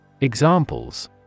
Examples